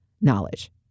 knowledge